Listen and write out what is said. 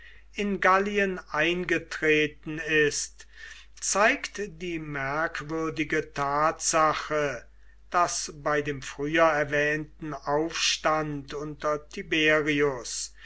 in gallien eingetreten ist zeigt die merkwürdige tatsache daß bei dem früher erwähnten aufstand unter tiberius